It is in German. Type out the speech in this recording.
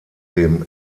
dem